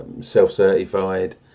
self-certified